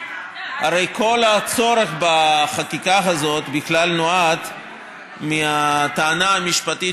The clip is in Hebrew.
הרי כל הצורך בחקיקה הזאת בכלל נולד מהטענה המשפטית